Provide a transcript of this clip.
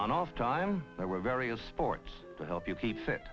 on off time there were various sports to help you keep fit